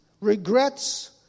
regrets